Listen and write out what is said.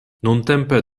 nuntempe